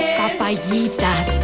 papayitas